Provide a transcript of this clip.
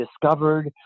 discovered